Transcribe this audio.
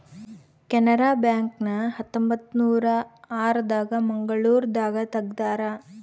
Canara bank ನ ಹತ್ತೊಂಬತ್ತನೂರ ಆರ ದಾಗ ಮಂಗಳೂರು ದಾಗ ತೆಗ್ದಾರ